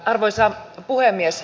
arvoisa puhemies